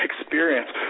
experience